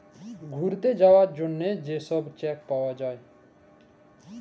ঘ্যুইরতে যাউয়ার জ্যনহে যে ছব চ্যাক পাউয়া যায়